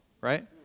right